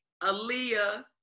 Aaliyah